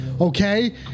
Okay